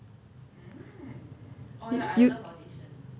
you